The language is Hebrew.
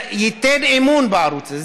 ייתן אמון בערוץ הזה.